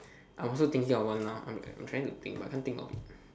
I'm also thinking of one now I'm trying to think but I can't think of it